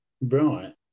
Right